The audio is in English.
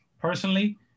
Personally